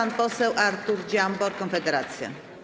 Pan poseł Artur Dziambor, Konfederacja.